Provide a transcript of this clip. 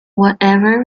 whatever